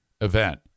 event